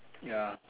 ya